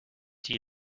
die